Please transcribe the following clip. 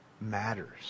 matters